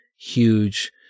huge